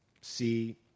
see